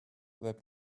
let